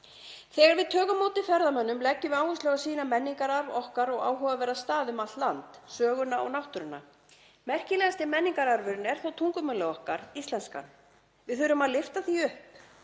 Þegar við tökum á móti ferðamönnum leggjum við áherslu á að sýna menningararf okkar og áhugaverða staði um allt land, söguna og náttúruna. Merkilegasti menningararfurinn er þó tungumálið okkar íslenska. Við þurfum að lyfta því upp.